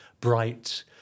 bright